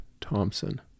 Thompson